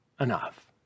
enough